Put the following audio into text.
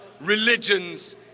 religions